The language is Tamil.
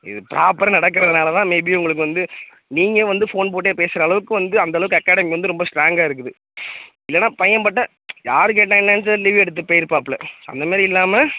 இது புராப்பராக நடக்கிறதுனால தான் மேபி உங்களுக்கு வந்து நீங்கள் வந்து ஃபோன் போட்டே பேசுகிற அளவுக்கு வந்து அந்த அளவுக்கு அகாடமி வந்து ரொம்ப ஸ்ட்ராங்காக இருக்குது இல்லைனா பையன் பாட்ட யார் கேட்டா என்னனு சொல்லி லீவ் எடுத்து போயிருப்பாபுள்ள அந்தமாரி இல்லாமல்